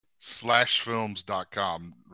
Slashfilms.com